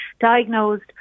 diagnosed